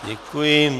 Děkuji.